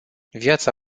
viața